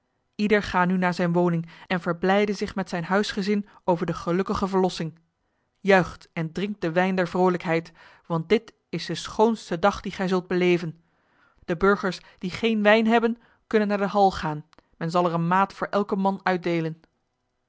ieder ga nu naar zijn woning en verblijde zich met zijn huisgezin over de gelukkige verlossing juicht en drinkt de wijn der vrolijkheid want dit is de schoonste dag die gij zult beleven de burgers die geen wijn hebben kunnen naar de hal gaan men zal er een maat voor elke man uitdelen